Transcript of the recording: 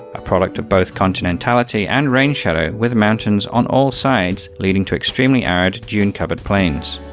a product of both continentality and rain shadow, with mountains on all sides leading to extremely arid dune covered plains.